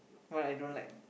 why I don't like